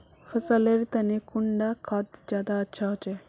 फसल लेर तने कुंडा खाद ज्यादा अच्छा होचे?